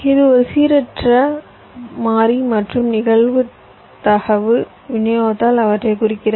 இது ஒரு சீரற்ற மாறி மற்றும் நிகழ்தகவு விநியோகத்தால் அவற்றைக் குறிக்கிறது